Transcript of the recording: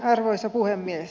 arvoisa puhemies